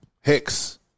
Hicks